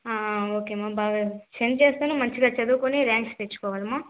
okay అమ్మ బాగా send చేస్తాను మంచిగా చదువుకుని ర్యాంక్స్ తెచ్చుకోవాలి అమ్మ